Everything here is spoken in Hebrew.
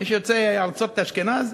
יש יוצאי ארצות אשכנז,